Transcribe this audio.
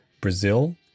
Brazil